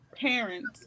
parents